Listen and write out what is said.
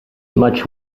much